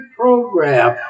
program